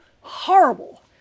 horrible